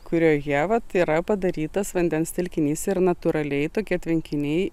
kurioje vat yra padarytas vandens telkinys ir natūraliai tokie tvenkiniai